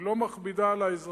היא לא מכבידה על האזרחים,